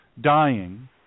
dying